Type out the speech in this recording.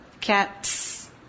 cats